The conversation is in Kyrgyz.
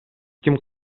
ким